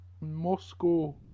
Moscow